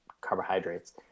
carbohydrates